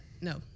No